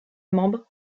membres